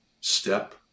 step